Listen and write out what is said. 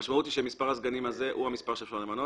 המשמעות היא שמספר הסגנים הזה הוא המספר שאפשר למנות